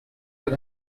hag